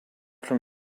from